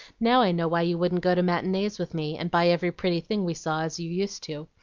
now i know why you wouldn't go to matinees with me, and buy every pretty thing we saw as you used to.